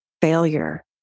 failure